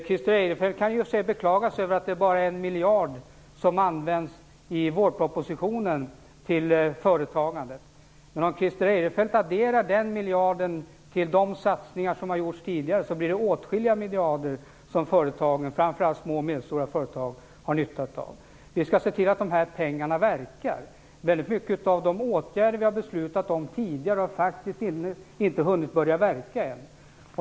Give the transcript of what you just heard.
Christer Eirefelt kan i och för sig beklaga sig över att det i vårpropositionen är bara en miljard som används till företagandet. Men om Christer Eirefelt adderar den miljarden till de satsningar som har gjorts tidigare blir det åtskilliga miljarder som företagen, framför allt små och medelstora företag, har nytta av. Vi skall se till att de pengarna verkar. Väldigt mycket av de åtgärder vi har beslutat om tidigare har faktiskt ännu inte hunnit börja verka.